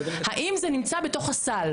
האם זה נמצא בתוך הסל?